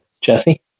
Jesse